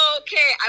okay